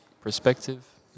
perspective